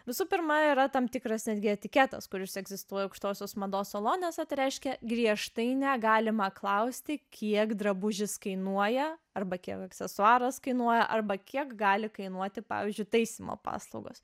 visų pirma yra tam tikras netgi etiketas kuris egzistuoja aukštosios mados salonėse reiškia griežtai negalima klausti kiek drabužis kainuoja arba kiek aksesuaras kainuoja arba kiek gali kainuoti pavyzdžiui taisymo paslaugos